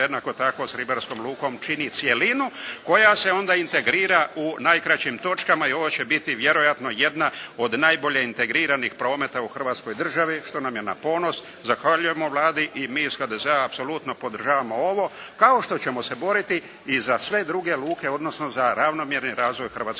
jednako tako s ribarskom lukom čini cjelinu koja se onda integrira u najkraćim točkama i ovo će biti vjerojatno jedna od najbolje integriranih prometa u Hrvatskoj državi što nam je na ponos. Zahvaljujemo Vladi i mi iz HDZ-a apsolutno podržavamo ovo, kao što ćemo se boriti i za sve druge luke, odnosno za ravnomjerni razvoj Hrvatske